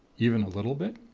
even a little bit?